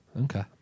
Okay